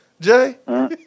Jay